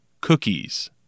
Cookies